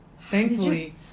Thankfully